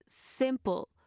simple